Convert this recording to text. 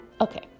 Okay